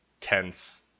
tense